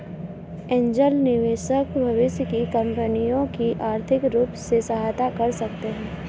angel निवेशक भविष्य की कंपनियों की आर्थिक रूप से सहायता कर सकते हैं